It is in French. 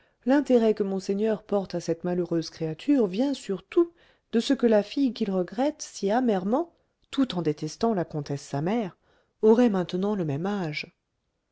l'intérêt que monseigneur porte à cette malheureuse créature vient surtout de ce que la fille qu'il regrette si amèrement tout en détestant la comtesse sa mère aurait maintenant le même âge